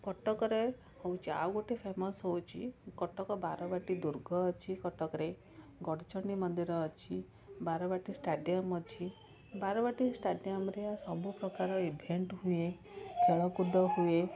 କଟକରେ ହେଉଛି ଆଉ ଗୋଟେ ଫେମସ୍ ହେଉଛି କଟକ ବାରବାଟୀ ଦୁର୍ଗ ଅଛି କଟକରେ ଗଡ଼ଚଣ୍ଡୀ ମନ୍ଦିର ଅଛି ବାରବାଟୀ ଷ୍ଟାଡ଼ିୟମ ଅଛି ବାରବାଟୀ ଷ୍ଟାଡ଼ିୟମରେ ସବୁ ପ୍ରକାର ଇଭେଣ୍ଟ ହୁଏ ଖେଳକୁଦ ହୁଏ